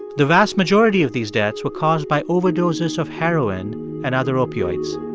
the vast majority of these deaths were caused by overdoses of heroin and other opioids